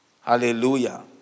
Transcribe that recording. Hallelujah